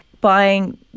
buying